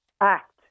act